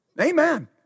Amen